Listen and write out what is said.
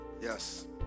yes